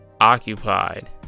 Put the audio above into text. occupied